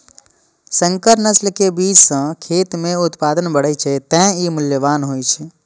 संकर नस्ल के बीज सं खेत मे उत्पादन बढ़ै छै, तें ई मूल्यवान होइ छै